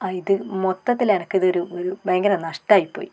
ആ ഇത് മൊത്തത്തിൽ എനിക്ക് ഇതൊരു ഒരു ഭയങ്കര നഷ്ടമായി പോയി